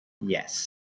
Yes